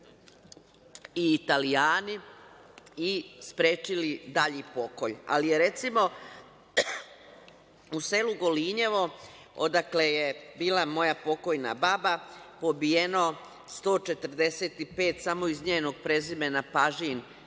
i Italijani i sprečili dalji pokolj. Ali, recimo u selu Golinjevo, odakle je bila moja pokojna baba, pobijeno je 145 samo iz njenog prezime Pažin,